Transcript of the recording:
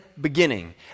beginning